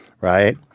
Right